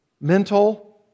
mental